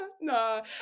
no